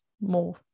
more